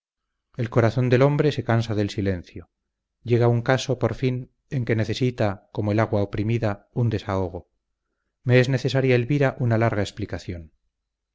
el corazón del hombre se cansa del silencio llega un caso por fin en que necesita como el agua oprimida un desahogo me es necesaria elvira una larga explicación